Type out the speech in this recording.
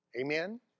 Amen